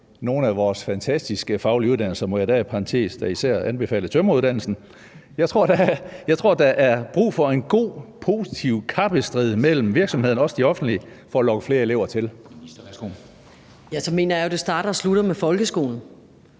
nogle af vores fantastiske faglige uddannelser. Må jeg der i parentes især anbefale tømreruddannelsen. Jeg tror, at der er brug for en god, positiv kappestrid mellem virksomhederne, også de offentlige, for at lokke flere elever til. Kl. 13:58 Formanden